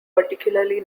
particularly